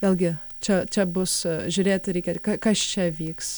vėlgi čia čia bus žiūrėti reikia kas čia vyks